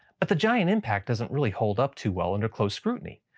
but the giant impact doesn't really hold up too well under close scrutiny.